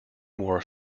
wore